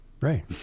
Right